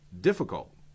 difficult